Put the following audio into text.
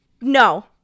no